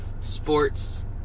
sports